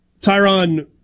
Tyron